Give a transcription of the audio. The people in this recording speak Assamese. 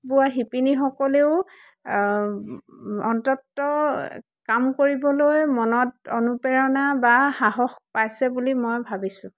বোৱা শিপিনীসকলেও অন্ততঃ কাম কৰিবলৈ মনত অনুপ্ৰেৰণা বা সাহস পাইছে বুলি মই ভাবিছোঁ